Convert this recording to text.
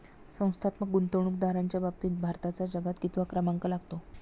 संस्थात्मक गुंतवणूकदारांच्या बाबतीत भारताचा जगात कितवा क्रमांक लागतो?